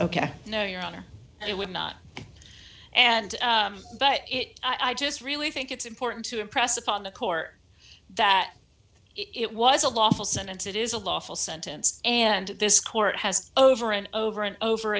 ok no your honor it would not and but i just really think it's important to impress upon the court that it was a lawful sentence it is a lawful sentence and this court has over and over and over